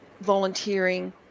volunteering